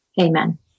Amen